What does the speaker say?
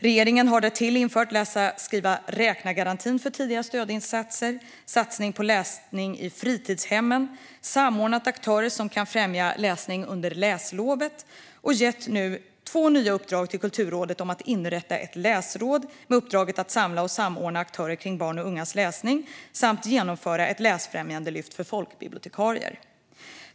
Regeringen har därtill infört läsa-skriva-räkna-garantin för tidiga stödinsatser, gjort satsningar på läsning i fritidshem, samordnat aktörer som kan främja läsning under läslovet och nu gett två nya uppdrag till Kulturrådet: att inrätta ett läsråd med uppdraget att samla och samordna aktörer kring barns och ungas läsning samt att genomföra ett läsfrämjandelyft för folkbibliotekarier.